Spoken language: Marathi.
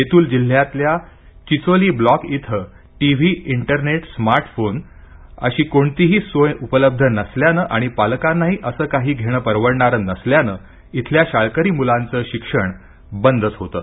बेतूल जिल्ह्यातल्या चिचोली ब्लॉक इथं टी व्ही इंटरनेट स्मार्टफोन अशी कोणतीही सोय उपलब्ध नसल्याने आणि पालकांनाही असं काही घेणं परवडणारं नसल्यानं इथल्या शाळकरी मुलांचं शिक्षण बंदच होतं